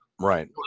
Right